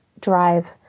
drive